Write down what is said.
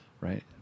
right